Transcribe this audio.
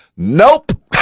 Nope